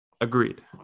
agreed